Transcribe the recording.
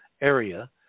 area